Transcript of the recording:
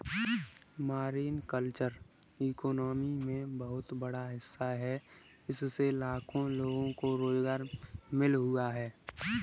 marine culture economy में बहुत बड़ा हिस्सा है इससे लाखों लोगों को रोज़गार मिल हुआ है